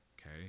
Okay